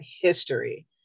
history